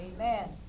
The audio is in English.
Amen